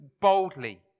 boldly